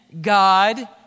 God